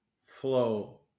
flow